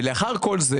לאחר כל זה